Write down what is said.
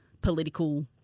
political